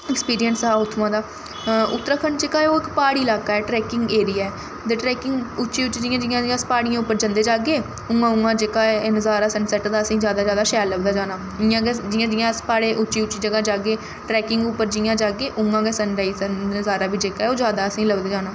experience हा उत्थुआं दा उत्तराखण्ड जेह्का ऐ ओह् इक प्हाड़ी इलाका ऐ ट्रैकिंग एरिया ऐ ते ट्रैकिंग उच्ची उच्ची जि'यां जि'यां जि'यां अस प्हाड़ियें उप्पर जंदे जाग्गे उ'आं उ'आं जेह्का ऐ एह् नजारा असें गी सन सैट्ट दा असें गी जैदा जैदा शैल लभदा जाना इ'यां गै जि'यां जि'यां अस प्हाड़ें उच्ची उच्ची ज'गा जागे ट्रैकिंग उप्पर जिनयां जागे उ'आं गै सन राइज दा नजारा बी जेह्का ऐ ओह् जैदा असें गी लभदा जाना